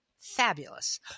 Fabulous